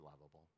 lovable